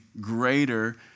greater